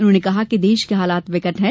उन्होंने कहा कि देश के हालात विकट हैं